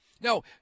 No